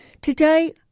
Today